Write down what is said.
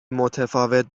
متفاوت